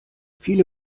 viele